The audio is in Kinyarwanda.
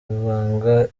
ibanga